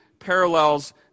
Parallels